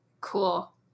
cool